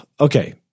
Okay